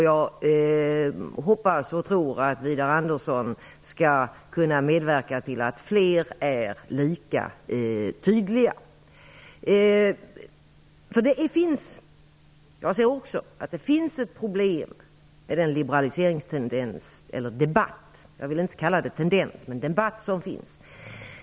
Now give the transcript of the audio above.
Jag hoppas och tror att Widar Andersson skall kunna medverka till att fler är lika tydliga. Jag inser också att det finns ett problem med den liberaliseringsdebatt - jag vill inte kalla det tendens - som finns.